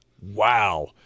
wow